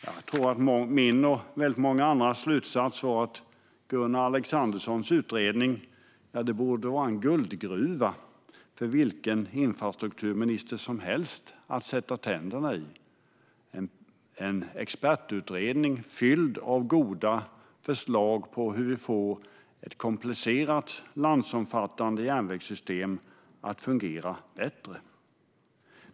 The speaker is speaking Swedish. Jag tror att min och många andras slutsats är att Gunnar Alexanderssons utredning borde vara en guldgruva för vilken infrastrukturminister som helst och något att sätta tänderna i. Det handlar ju om en expertutredning fylld av goda förslag på hur vi får ett komplicerat landsomfattande järnvägssystem att fungera bättre.